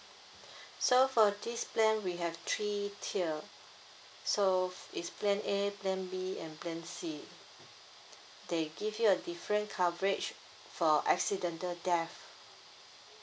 so for this plan we have three tier so it's plan A plan B and plan C they give you a different coverage for accidental death